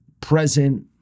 present